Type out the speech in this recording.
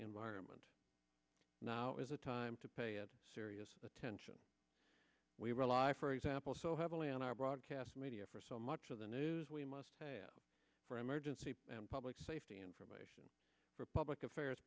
environment now is the time to pay serious attention we are alive for example so heavily on our broadcast media for so much of the news we must pay for emergency and public safety information for public affairs